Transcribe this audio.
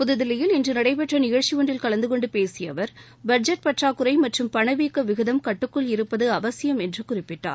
புதுதில்லியில் இன்று நடைபெற்ற நிகழ்ச்சி ஒன்றில் கலந்து கொண்டு பேசிய அவர் பட்ஜெட் பற்றாக்குறை மற்றும் பணவீக்க விகிதம் கட்டுக்குள் இருப்பது அவசியம் என்று குறிப்பிட்டார்